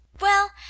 Well